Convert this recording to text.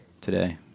today